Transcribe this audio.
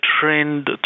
trend